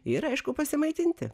ir aišku pasimaitinti